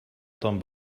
ton